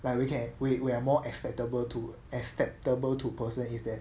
but we can we're we're more acceptable to acceptable to person is that